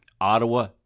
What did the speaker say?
Ottawa